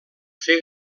fer